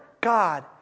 God